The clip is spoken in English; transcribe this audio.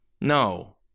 no